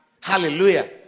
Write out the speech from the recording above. Hallelujah